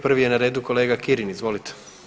Prvi je na redu kolega Kirin, izvolite.